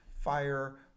fire